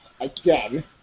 again